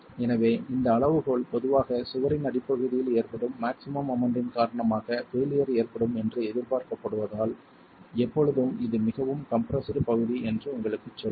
எனவே இந்த அளவுகோல் பொதுவாக சுவரின் அடிப்பகுதியில் ஏற்படும் மாக்ஸிமம் மொமெண்ட்டின் காரணமாக பெய்லியர் ஏற்படும் என்று எதிர்பார்க்கப்படுவதால் எப்பொழுதும் இது மிகவும் கம்ப்ரெஸ்டு பகுதி என்று உங்களுக்குச் சொல்லும்